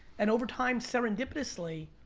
and over time, serendipitously,